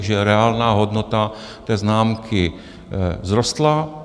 Takže reálná hodnota té známky vzrostla...